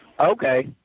Okay